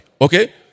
Okay